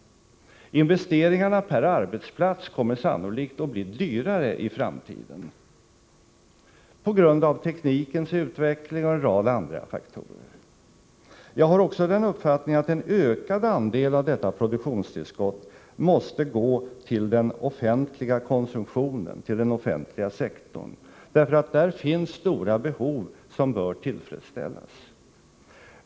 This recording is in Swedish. Investeringarna per arbetsplats kommer sannolikt att bli dyrare i framtiden, på grund av teknikens utveckling och en rad andra faktorer. Jag har också den uppfattningen att en ökad andel av detta produktionstillskott måste gå till den offentliga konsumtionen, för där finns stora behov som bör tillfredsställas.